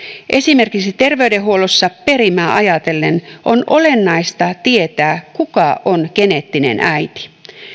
esimerkiksi terveydenhuollossa perimää ajatellen on olennaista tietää kuka on geneettinen äiti